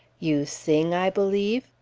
you sing, i believe?